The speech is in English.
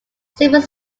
several